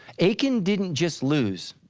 achan didn't just lose,